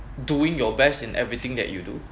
doing your best in everything that you do